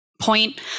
point